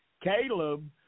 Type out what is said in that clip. Caleb